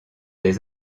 des